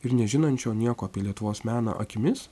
ir nežinančio nieko apie lietuvos meną akimis